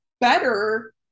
better